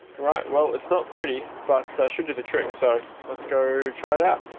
alright, well it's not pretty, but should do the trick so let's go try it out.